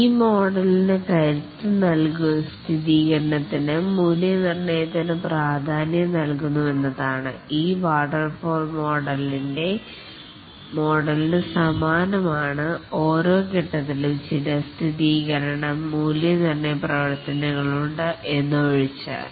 ഈ മോഡലിന് കരുത്ത് സ്ഥിരീകരണത്തിനു മൂല്യനിർണ്ണയത്തിനും പ്രാധാന്യം നൽകുന്നു എന്നതാണ് ഇത് വാട്ടർഫാൾ മോഡലിൻ്റെ ത്തിൻറെ മാതൃകക്കു സമാനമാണ് ഓരോ ഫേസ് ത്തിലും ചില സ്ഥിതീകരണം മൂല്യനിർണയ പ്രവർത്തനങ്ങൾ ഉണ്ട് എന്ന് ഒഴിച്ചാൽ